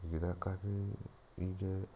ಇದಕ್ಕಾಗಿ ಹೀಗೆ